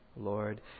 Lord